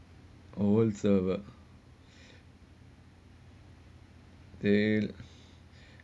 world server eh